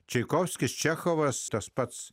čaikovskis čechovas tas pats